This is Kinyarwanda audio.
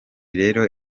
rero